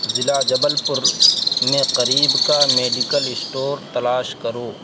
ضلع جبل پور میں قریب کا میڈیکل اسٹور تلاش کرو